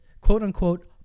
quote-unquote